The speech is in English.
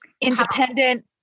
Independent